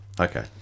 Okay